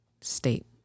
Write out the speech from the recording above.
state